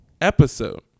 episode